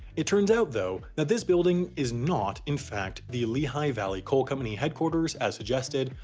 it turns out though, that this building is not, in fact, the lehigh valley coal company headquarters, as suggested,